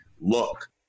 look